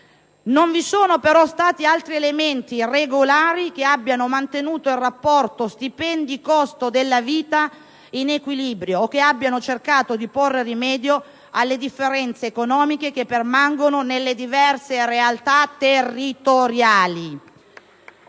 non vi sono però stati altri elementi regolari che abbiano mantenuto il rapporto stipendi‑costo della vita in equilibrio o che abbiano cercato di porre rimedio alle differenze economiche che permangono nelle diverse realtà territoriali.